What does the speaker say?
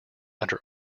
under